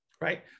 right